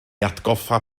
atgoffa